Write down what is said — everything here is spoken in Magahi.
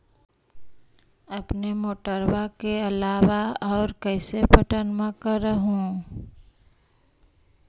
अपने मोटरबा के अलाबा और कैसे पट्टनमा कर हू?